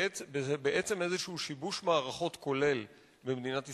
בעצם איזה שיבוש מערכות כולל במדינת ישראל,